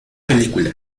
película